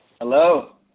hello